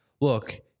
look